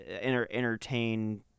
entertain